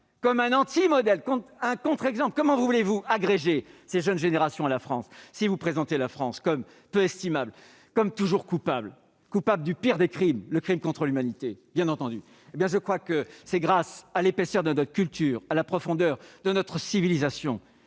comme un anti-modèle, comme un contre-exemple. Comment voulez-vous agréger ces jeunes générations à la France si vous la présentez comme peu estimable, comme toujours coupable du pire des crimes, celui contre l'humanité ? Monsieur le ministre, mes chers collègues, c'est grâce à l'épaisseur de notre culture, à la profondeur de notre civilisation